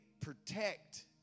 protect